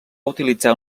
utilitzar